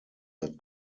that